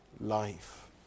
life